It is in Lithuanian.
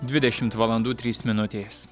dvidešimt valandų trys minutės